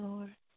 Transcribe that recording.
Lord